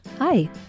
Hi